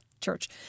church